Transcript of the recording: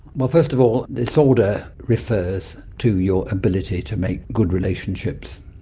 well, first of all, disorder refers to your ability to make good relationships.